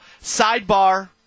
Sidebar